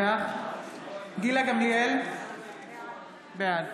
לא, אסור לך לקרוא קריאות ביניים בעמידה.